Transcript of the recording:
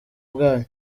bwanyu